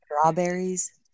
Strawberries